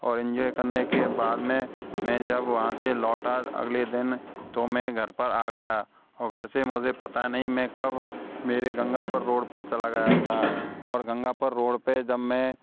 और इंजॉय करने के बाद में मैं जब वहाँ से लौटा अगले दिन तो मैं घर पर आ गया घर से मुझे पता नहीं मैं कब मेरे गंगापुर रोड पर चला गया था और गंगापुर रोड पर जब मैं